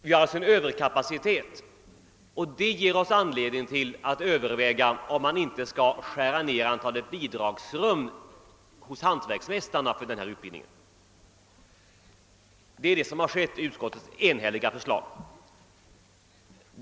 Vi har alltså en överkapacitet, och detta ger oss anledning till att överväga om man inte bör skära ned antalet bidragsrum hos hantverksmästarna för denna utbildning. Det är vad som sker enligt utskottets enhälliga förslag.